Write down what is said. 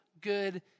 good